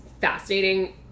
fascinating